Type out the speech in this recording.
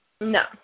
No